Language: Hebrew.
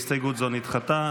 הסתייגות זו נדחתה.